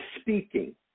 speaking